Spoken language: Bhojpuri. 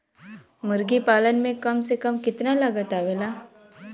मुर्गी पालन में कम से कम कितना लागत आवेला?